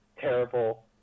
terrible